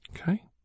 okay